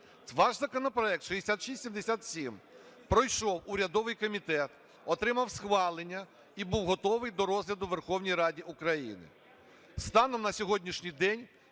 Ваш законопроект 6677 пройшов урядовий комітет, отримав схвалення і був готовий до розгляду у Верховній Раді України.